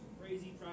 crazy